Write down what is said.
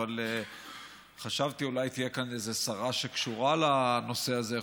אבל חשבתי שאולי תהיה כאן איזו שרה שקשורה לנושא הזה.